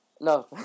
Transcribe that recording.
No